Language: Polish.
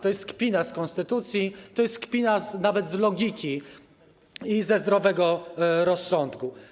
To jest kpina z konstytucji, to jest kpina nawet z logiki i ze zdrowego rozsądku.